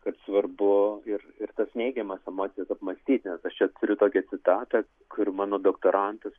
kaip svarbu ir ir tas neigiamas emocijas apmąstyti nes aš čia turiu tokią citatą kur mano doktorantus